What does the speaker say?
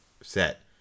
set